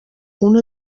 una